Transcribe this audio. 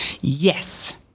yes